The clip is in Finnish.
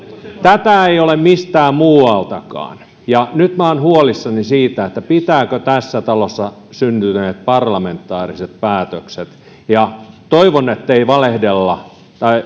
tätä ei ole mistään muualtakaan ja nyt olen huolissani siitä pitävätkö tässä talossa syntyneet parlamentaariset päätökset toivon ettei valehdella tai